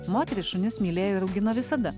moteris šunis mylėjo ir augino visada